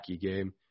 game